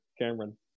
Cameron